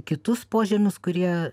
kitus požemius kurie